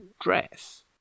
dress